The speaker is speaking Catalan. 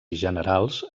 generals